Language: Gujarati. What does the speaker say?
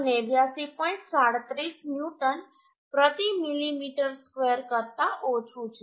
37 ન્યૂટન પ્રતિ મિલિમીટર ²કરતાં ઓછું છે